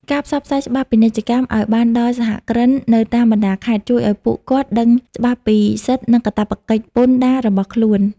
ការផ្សព្វផ្សាយច្បាប់ពាណិជ្ជកម្មឱ្យបានដល់សហគ្រិននៅតាមបណ្ដាខេត្ត ជួយឱ្យពួកគាត់ដឹងច្បាស់ពីសិទ្ធិ និងកាតព្វកិច្ចពន្ធដាររបស់ខ្លួន។